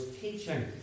teaching